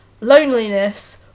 loneliness